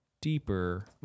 deeper